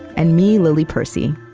and me, lily percy.